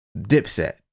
Dipset